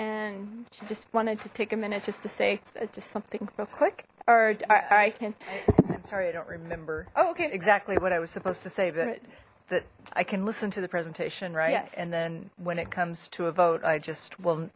and she just wanted to take a minute just to say just something real quick or i can i'm sorry i don't remember okay exactly what i was supposed to save it that i can listen to the presentation right and then when it comes to a vote i just will